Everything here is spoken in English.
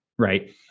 Right